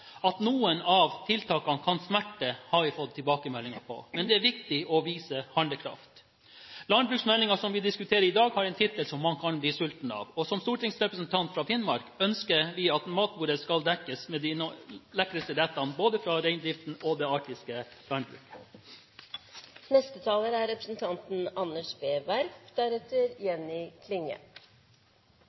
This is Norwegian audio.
At noen av tiltakene kan smerte, har vi fått tilbakemeldinger på, men det er viktig å vise handlekraft. Landbruksmeldingen som vi diskuterer i dag, har en tittel som man kan bli sulten av, og som stortingsrepresentant fra Finnmark ønsker jeg at matbordet skal dekkes med de lekreste retter både fra reindriften og fra det arktiske landbruket.